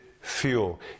fuel